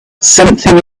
something